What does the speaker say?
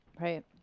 Right